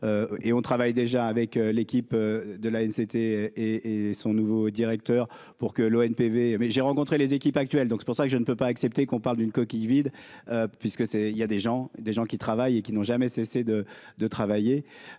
et on travaille déjà avec l'équipe de la haine c'était et et son nouveau directeur, pour que l'ONPV mais j'ai rencontré les équipes actuelles, donc c'est pour ça que je ne peux pas accepter qu'on parle d'une coquille vide puisque c'est il y a des gens, des gens qui travaillent et qui n'ont jamais cessé de de travailler